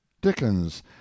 Dickens